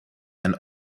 and